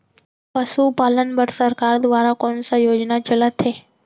पशुपालन बर सरकार दुवारा कोन स योजना चलत हे?